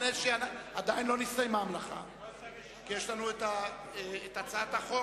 עדיין לא נסתיימה המלאכה כי יש לנו את הצעת החוק,